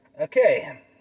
Okay